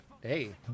Hey